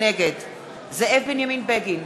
נגד זאב בנימין בגין,